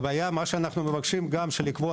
הבעיה היא גם כשאנחנו מבקשים למשל לקבוע